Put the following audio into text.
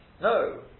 no